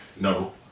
No